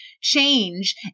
change